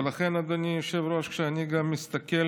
ולכן, אדוני היושב-ראש, כשאני גם מסתכל